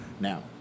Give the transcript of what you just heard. now